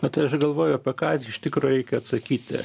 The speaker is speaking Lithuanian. na tai aš galvoju apie ką iš tikro reikia atsakyti